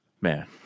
Man